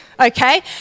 Okay